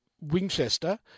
Winchester